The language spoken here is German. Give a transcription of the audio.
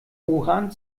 uran